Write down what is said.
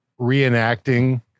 reenacting